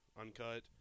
uncut